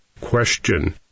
Question